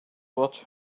watch